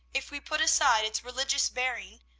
if we put aside its religious bearing,